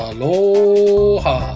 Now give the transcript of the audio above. Aloha